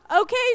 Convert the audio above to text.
okay